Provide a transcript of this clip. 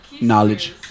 Knowledge